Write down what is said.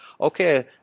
Okay